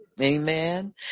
Amen